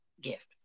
gift